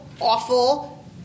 Awful